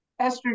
estrogen